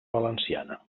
valenciana